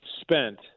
spent